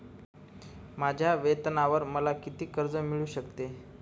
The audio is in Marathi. माझ्या वेतनावर मला किती कर्ज मिळू शकते?